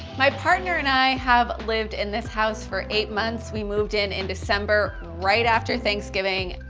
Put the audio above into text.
my partner and i have lived in this house for eight months. we moved in in december right after thanksgiving.